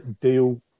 deal